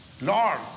Lord